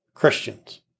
Christians